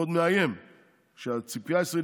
והוא עוד מאיים ש"הציפייה הישראלית,